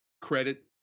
credit